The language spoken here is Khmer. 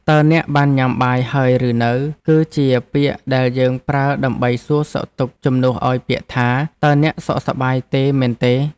តើអ្នកបានញ៉ាំបាយហើយឬនៅ គឺជាពាក្យដែលយើងប្រើដើម្បីសួរសុខទុក្ខជំនួសឱ្យពាក្យថា តើអ្នកសុខសប្បាយទេមែនទេ?